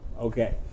okay